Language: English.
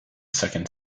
second